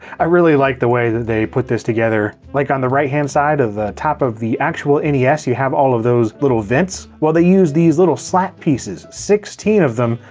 i really like the way that they put this together. like on the right-hand side of the top of the actual yeah nes, you have all of those little vents. well they use these little slat pieces, sixteen of them,